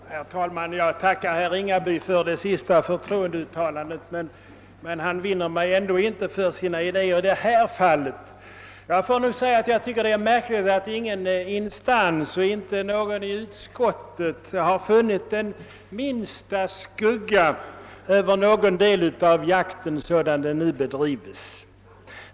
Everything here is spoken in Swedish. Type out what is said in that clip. Herr talman! Jag tackar herr Ringaby för hans förtroende-uttalande, men han vinner mig ändå inte för sina idéer i det här fallet. Jag tycker att det är märkvärdigt att ingen remissinstans och ingen ledamot av utskottet har funnit den minsta skugga över någon del.av jakten, sådan den nu bedrives.